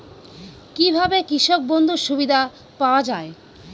কি ভাবে কৃষক বন্ধুর সুবিধা পাওয়া য়ায়?